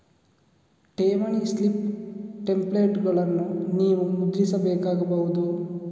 ಠೇವಣಿ ಸ್ಲಿಪ್ ಟೆಂಪ್ಲೇಟುಗಳನ್ನು ನೀವು ಮುದ್ರಿಸಬೇಕಾಗಬಹುದು